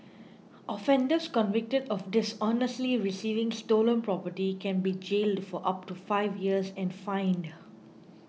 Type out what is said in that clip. offenders convicted of dishonestly receiving stolen property can be jailed for up to five years and fined